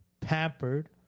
pampered